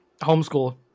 Homeschool